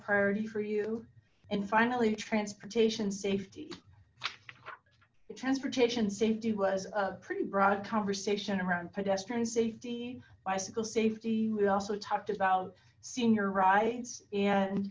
priority for you and finally transportation safety the transportation safety was a pretty broad conversation around pedestrian safety bicycle safety we also talked about senior rides and